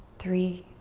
three.